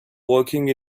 walking